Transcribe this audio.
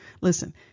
Listen